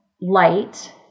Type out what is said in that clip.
light